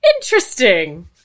Interesting